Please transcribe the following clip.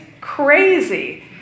crazy